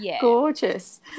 Gorgeous